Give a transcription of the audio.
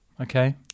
Okay